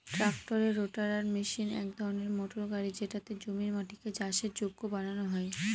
ট্রাক্টরের rotator machine এক ধরনের মোটর গাড়ি যেটাতে জমির মাটিকে চাষের যোগ্য বানানো হয়